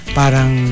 parang